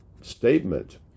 statement